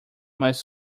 mas